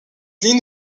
ligne